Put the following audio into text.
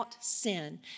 sin